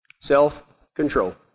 Self-control